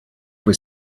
was